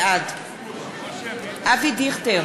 בעד אבי דיכטר,